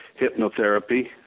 hypnotherapy